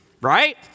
Right